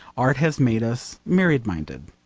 art has made us myriad-minded.